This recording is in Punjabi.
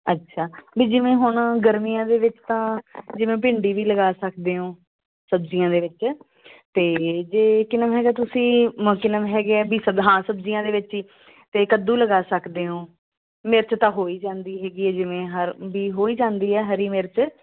ਅੱਛਾ ਬਈ ਜਿਵੇਂ ਹੁਣ ਗਰਮੀਆਂ ਦੇ ਵਿੱਚ ਤਾਂ ਜਿਵੇਂ ਭਿੰਡੀ ਵੀ ਲਗਾ ਸਕਦੇ ਹੋ ਸਬਜ਼ੀਆਂ ਦੇ ਵਿੱਚ ਅਤੇ ਹੈਗੇ ਆ ਬਈ ਹਾਂ ਸਬਜ਼ੀਆਂ ਦੇ ਵਿੱਚ ਹੀ ਅਤੇ ਕੱਦੂ ਲਗਾ ਸਕਦੇ ਹੋ ਮਿਰਚ ਤਾਂ ਹੋ ਹੀ ਜਾਂਦੀ ਹੈਗੀ ਜਿਵੇਂ ਹਰ ਬਈ ਹੋ ਹੀ ਜਾਂਦੀ ਹੈ ਹਰੀ ਮਿਰਚ